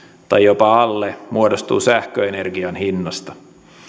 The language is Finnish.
tai jopa alle muodostuu sähköenergian hinnasta